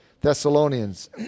Thessalonians